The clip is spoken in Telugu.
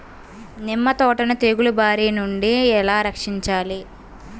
నిమ్మ తోటను తెగులు బారి నుండి ఎలా రక్షించాలి?